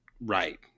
right